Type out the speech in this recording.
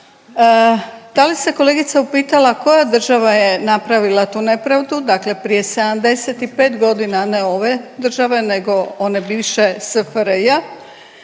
da li se kolegica upitala koja država je napravila tu nepravdu. Dakle prije 77 godina ne ove države nego one bivše SFRJ.